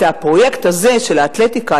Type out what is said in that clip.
את הפרויקט הזה של האתלטיקה,